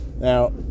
Now